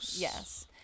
yes